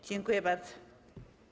Dziękuję bardzo.